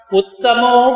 Uttamo